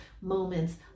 moments